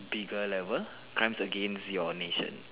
bigger level crimes against your nation